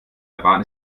iran